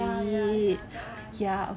ah ya ya ya that one